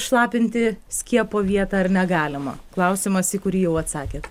šlapinti skiepo vietą ar negalima klausimas į kurį jau atsakėt